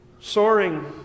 soaring